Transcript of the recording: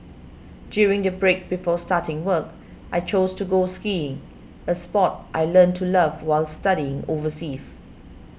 during the break before starting work I chose to go skiing a sport I learnt to love while studying overseas